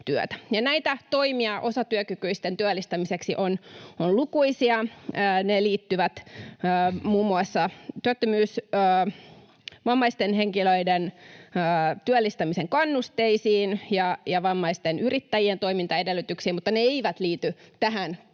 Näitä toimia osatyökykyisten työllistämiseksi on lukuisia. Ne liittyvät muun muassa vammaisten henkilöiden työllistämisen kannusteisiin ja vammaisten yrittäjien toimintaedellytyksiin, mutta ne eivät liity tähän käsittelyssä